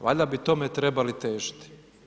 Valjda bi tome trebali težiti.